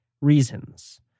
reasons